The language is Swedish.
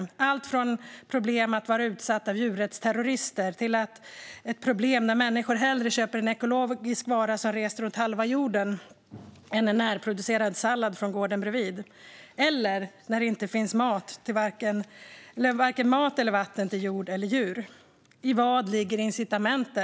Det är allt från problem med att vara utsatta för djurrättsterrorister till att det är ett problem när människor hellre köper en ekologisk vara som rest runt halva jorden än en närproducerad sallad från gården bredvid, eller när det inte finns mat eller vatten till jord eller djur. I vad ligger incitamentet?